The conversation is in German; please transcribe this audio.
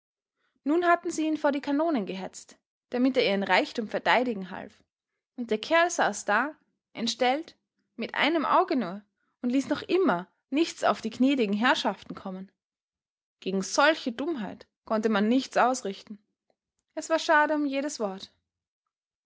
nun hatten sie ihn vor die kanonen gehetzt damit er ihren reichtum verteidigen half und der kerl saß da entstellt mit einem auge nur und ließ noch immer nichts auf die gnädigen herrschaften kommen gegen solche dummheit konnte man nichts ausrichten es war schade um jedes wort